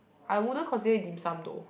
I wouldn't consider it dim sum though